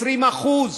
20%?